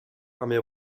armée